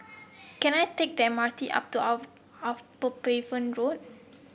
can I take the M R T up to Upavon Road